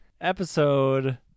Episode